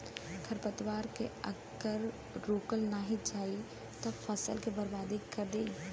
खरपतवार के अगर रोकल नाही जाई सब फसल के बर्बाद कर देई